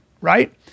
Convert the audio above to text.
right